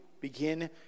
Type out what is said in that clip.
begin